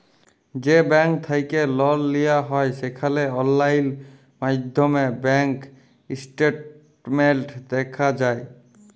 যে ব্যাংক থ্যাইকে লল লিয়া হ্যয় সেখালে অললাইল মাইধ্যমে ব্যাংক ইস্টেটমেল্ট দ্যাখা যায়